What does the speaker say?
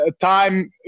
time